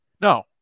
no